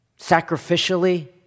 sacrificially